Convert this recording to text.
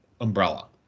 umbrella